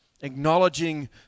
acknowledging